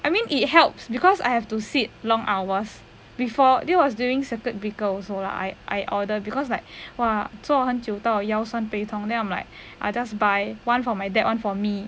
I mean it helps because I have to sit long hours before that was during circuit breaker also lah I I order because like !wah! 坐很久到腰酸背痛 then I'm like I just buy one for my dad one for me